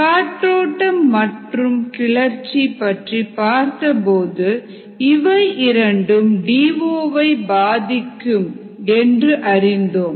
காற்றோட்டம் மற்றும் கிளர்ச்சி பற்றி பார்த்தபோது இவை இரண்டும் டி ஓ வை பாதிக்கும் என்று அறிந்தோம்